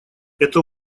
это